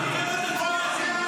חבר הכנסת מלביצקי.